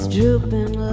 drooping